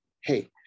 Hey